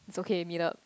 it's okay me out